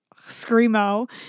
screamo